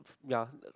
yeah